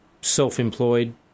self-employed